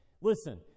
Listen